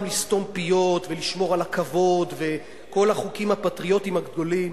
לסתום פיות ולשמור על הכבוד וכל החוקים הפטריוטיים הגדולים